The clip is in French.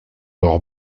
leur